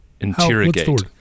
interrogate